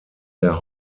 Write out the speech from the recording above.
der